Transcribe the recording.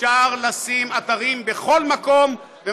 אפשר לשים אתרים בכל מקום,